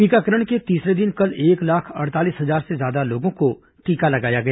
टीकाकरण के तीसरे दिन कल एक लाख अड़तालीस हजार से अधिक लोगों को टीका लगाया गया